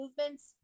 movements